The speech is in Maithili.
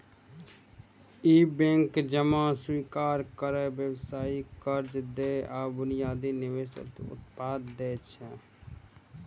ई बैंक जमा स्वीकार करै, व्यावसायिक कर्ज दै आ बुनियादी निवेश उत्पाद दै छै